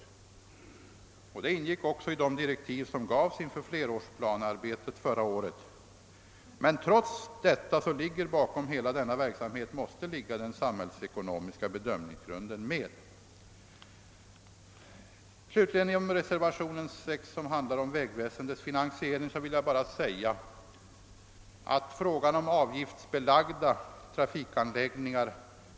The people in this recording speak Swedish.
Den synpunkten ingick också i de direktiv som gavs inför flerårsplanearbetet förra året, men bakom hela den verksamheten måste också där den samhällsekonomiska bedömningsgrunden ligga. Vägväsendets framtida finansiering behandlas i reservation 6, som ännu en gång aktualiserar tanken på avgiftsbelagda trafikanläggningar.